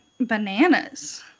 bananas